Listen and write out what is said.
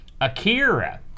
Akira